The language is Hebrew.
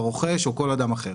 הרוכש או כל אדם אחר.